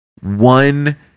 one